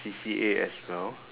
C_C_A as well